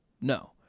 no